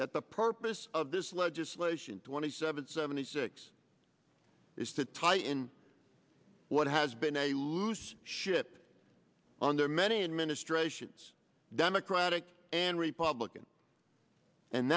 that the purpose of this legislation twenty seven seventy six is to tie in what has been a loose ship under many administrations democratic and republican and